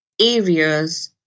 areas